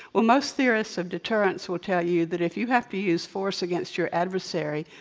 well, most theorists of deterrence will tell you that if you have to use force against your adversary,